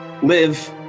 live